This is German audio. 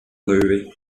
löwe